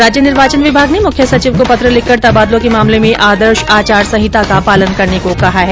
राज्य निर्वाचन विभाग ने मुख्य सचिव को पत्र लिखकर तबादलों के मामले में आदर्श आचार संहिता का पालन करने को कहा है